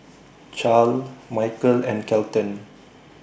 Charle Mykel and Kelton